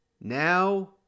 Now